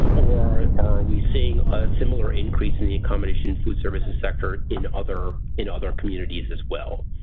or are we seeing a similar increase in the accommodations food services sector in other in other communities as well?